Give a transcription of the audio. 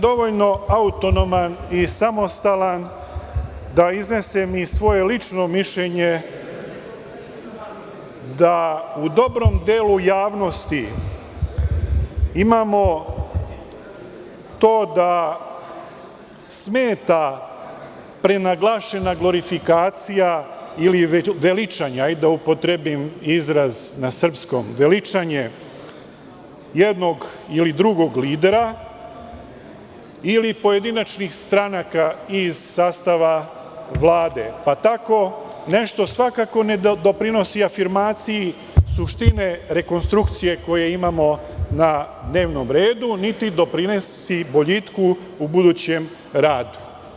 Dovoljno sam autonoman i samostalan da iznesem i svoje lično mišljenje da u dobrom delu javnosti imamo to da smeta prenaglašena glorifikacija ili veličanje, da upotrebim izraz na srpskom, veličanje jednog ili drugog lidera ili pojedinačnih stranaka iz sastava Vlade, pa tako nešto svakako ne doprinosi afirmaciji suštine rekonstrukcije koje imamo na dnevnom redu, niti doprinosi boljitku u budućem radu.